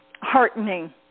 heartening